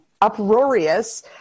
uproarious